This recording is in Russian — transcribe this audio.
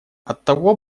оттого